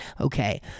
Okay